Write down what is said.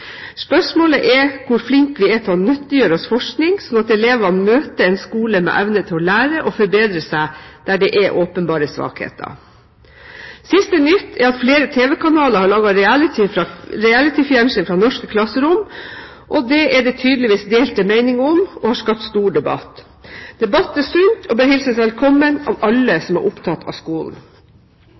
Spørsmålet er hvor flinke vi er til å nyttiggjøre oss forskning slik at elevene møter en skole med evne til å lære og forbedre seg der det er åpenbare svakheter. Siste nytt er at flere tv-kanaler har laget «reality»-fjernsyn fra norske klasserom. Det er det tydeligvis delte meninger om og har skapt stor debatt. Debatt er sunt og bør hilses velkommen av alle som er opptatt av skolen.